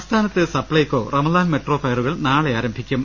സംസ്ഥാനത്ത് സപ്ലൈകോ റംസാൻ മെട്രോ ഫെയറുകൾ നാളെ ആരംഭിക്കും